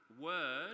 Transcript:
word